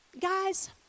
guys